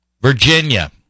virginia